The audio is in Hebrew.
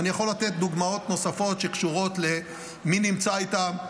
ואני יכול לתת דוגמאות נוספות שקשורות למי נמצא איתם,